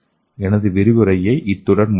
எனது விரிவுரையை இத்துடன் முடிக்கிறேன்